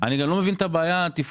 אני גם לא מבין את הבעיה התפעולית.